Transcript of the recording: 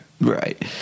right